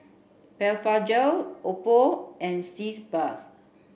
Blephagel Oppo and Sitz bath